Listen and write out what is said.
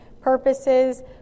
purposes